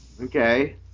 Okay